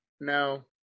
no